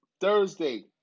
Thursday